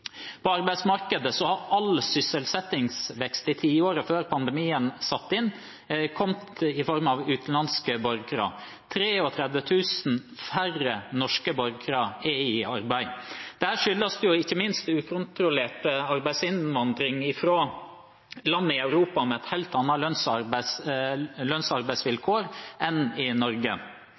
På arbeidsmarkedet har all sysselsettingsvekst i tiåret før pandemien satte inn, kommet i form av utenlandske borgere. 33 000 færre norske borgere er i arbeid. Det skyldes ikke minst ukontrollert arbeidsinnvandring fra land i Europa med helt andre lønns- og arbeidsvilkår enn i Norge.